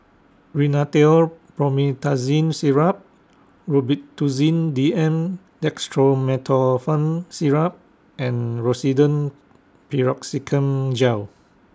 Rhinathiol Promethazine Syrup Robitussin D M Dextromethorphan Syrup and Rosiden Piroxicam Gel